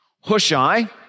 Hushai